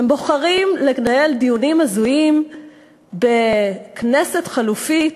אתם בוחרים לנהל דיונים הזויים בכנסת חלופית,